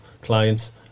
clients